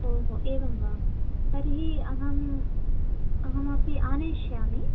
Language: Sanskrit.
ओ हो एवं वा तर्हि अहम् अहमपि आनयिष्यामि